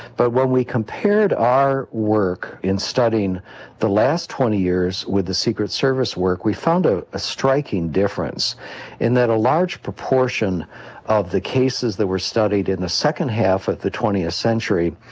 but when we compared our work in studying the last twenty years with the secret service work we found ah a striking difference in that a large proportion of the cases that were studied in the second half of the twentieth century,